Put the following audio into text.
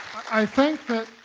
i think it